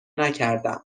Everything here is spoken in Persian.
نکردم